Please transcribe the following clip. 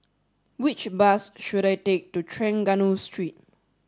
which bus should I take to Trengganu Street